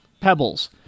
Pebbles